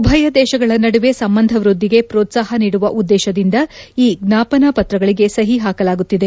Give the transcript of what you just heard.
ಉಭಯ ದೇಶಗಳ ನಡುವೆ ಸಂಬಂಧವ್ದದ್ದಿಗೆ ಪ್ರೋತಾಹ ನೀಡುವ ಉದ್ಲೇಶದಿಂದ ಈ ಜ್ವಾಪನಾಪತ್ರಗಳಿಗೆ ಸಹ ಹಾಕಲಾಗುತ್ತಿದೆ